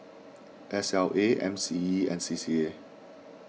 S L A M C E and C C A